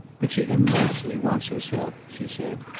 but she immensely wants herself, she said,